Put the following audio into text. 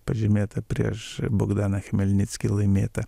pažymėta prieš bogdaną chmelnickį laimėtą